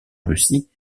russie